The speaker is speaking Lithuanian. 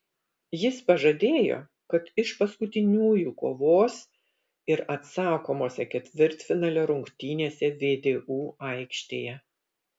jis pažadėjo kad iš paskutiniųjų kovos ir atsakomose ketvirtfinalio rungtynėse vdu aikštėje